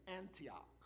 Antioch